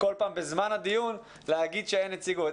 כל פעם זמן הדיון להגיד שאין נציגות.